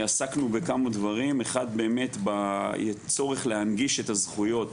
עסקנו בכמה דברים אחד באמת בצורך להנגיש את הזכויות